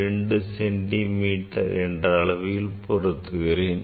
2 centimetre என்ற அளவில் பொருத்துகிறேன்